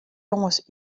jonges